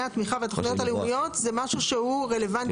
התמיכה והתכניות הלאומיות זה משהו שהוא רלוונטי